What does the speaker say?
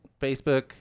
Facebook